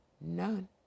none